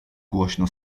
głośno